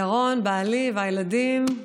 ירון בעלי והילדים,